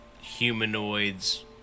Humanoids